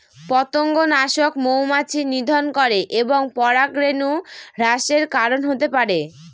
পতঙ্গনাশক মৌমাছি নিধন করে এবং পরাগরেণু হ্রাসের কারন হতে পারে